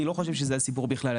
אני לא חושב שזה הסיפור בכלל.